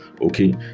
okay